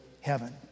heaven